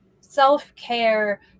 self-care